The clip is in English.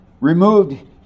removed